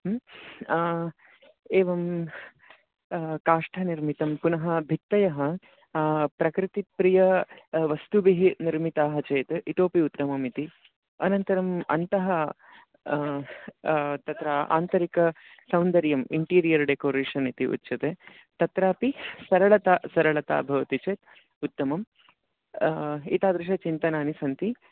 एवं काष्ठनिर्मितं पुनः भित्तयः प्रकृतिप्रिय वस्तुभिः निर्मिताः चेत् इतोपि उत्तममिति अनन्तरम् अन्तः तत्र आन्तरिकसौन्दर्यम् इन्टीरियर् डेकोरेशन् इति उच्यते तत्रापि सरलता सरलता भवति चेत् उत्तमं एतादृशचिन्तनानि सन्ति